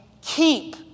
keep